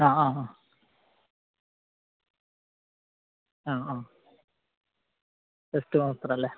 ആഹഹാ ആ ആ ടെക്സ്റ്റ് മാത്രം അല്ലേ